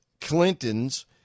Clintons